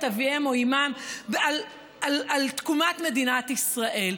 אביהם או אימם על תקומת מדינת ישראל.